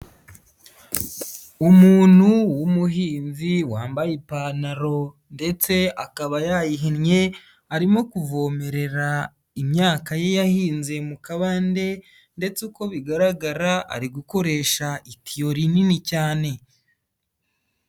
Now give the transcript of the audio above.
Umuntu w'umuhinzi wambaye ipantaro ndetse akaba yayihinnye arimo kuvomerera imyaka ye yahinze mu kabande ndetse uko bigaragara ari gukoresha itiyo rinini cyane.